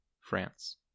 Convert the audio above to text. France